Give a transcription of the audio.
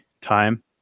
time